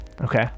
okay